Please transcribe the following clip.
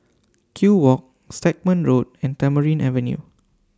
Kew Walk Stagmont Road and Tamarind Avenue